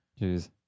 Jeez